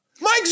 Mike